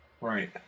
Right